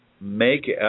make